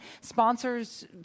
sponsors